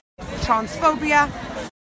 Transphobia